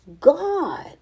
God